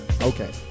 Okay